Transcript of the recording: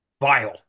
vile